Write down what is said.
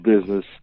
business